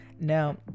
now